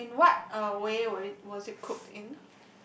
uh in what uh way was it cooked in